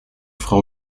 frau